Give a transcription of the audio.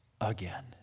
again